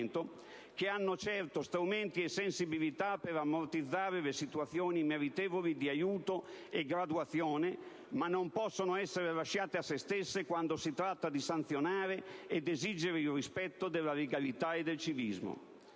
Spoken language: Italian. che hanno certo strumenti e sensibilità per ammortizzare le situazioni meritevoli di aiuto e graduazione, ma non possono essere lasciate a se stesse quando si tratta di sanzionare ed esigere il rispetto della legalità e del civismo.